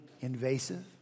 invasive